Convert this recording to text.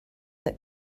that